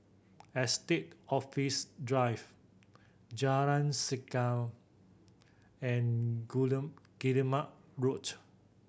Estate Office Drive Jalan Segam and Road